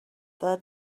the